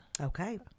Okay